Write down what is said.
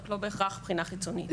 רק לא בהכרח בחינה חיצונית.